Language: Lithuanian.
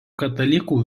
katalikų